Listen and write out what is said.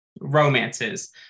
romances